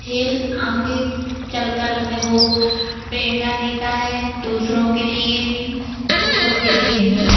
खेल आगे चलकर हमें वह प्रेरणा देता है दूसरों के लिए भी और खुद के लिए भी